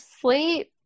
sleep